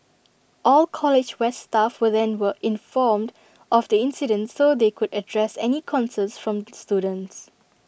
all college west staff were then were informed of the incident so they could address any concerns from students